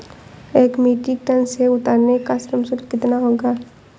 एक metric tonne सेव उतारने का श्रम शुल्क कितना होगा?